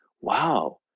wow